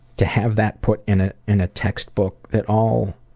to have that put in ah in a textbook that all